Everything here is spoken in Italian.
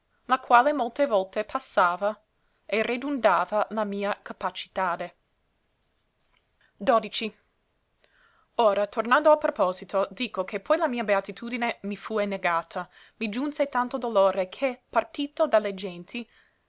la quale molte volte passava e redundava la mia capacitade ra tornando al proposito dico che poi che la mia beatitudine mi fue negata mi giunse tanto dolore che partito me da le genti